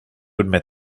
admit